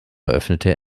eröffnete